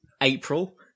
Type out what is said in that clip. april